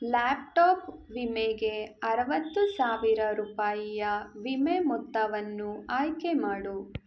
laptop ವಿಮೆಗೆ ಅರವತ್ತು ಸಾವಿರ ರೂಪಾಯಿಯ ವಿಮೆ ಮೊತ್ತವನ್ನು ಆಯ್ಕೆ ಮಾಡು